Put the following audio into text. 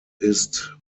ist